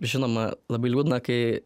žinoma labai liūdna kai